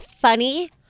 funny